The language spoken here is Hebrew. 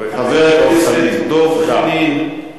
חבר הכנסת דב חנין, תודה.